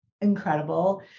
incredible